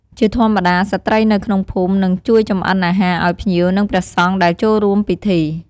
ជាធម្មតា ស្ត្រីនៅក្នុងភូមិ និងជួយចម្អិនអាហារឲ្យភ្ញៀវ និងព្រះសង្ឃដែលចូលរួមពិធី។